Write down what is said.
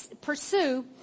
pursue